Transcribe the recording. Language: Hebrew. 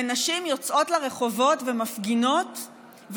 ונשים יוצאות לרחובות ומפגינות,